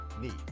need